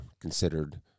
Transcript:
considered